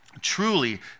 Truly